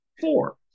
four